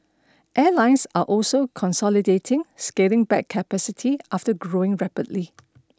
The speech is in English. airlines are also consolidating scaling back capacity after growing rapidly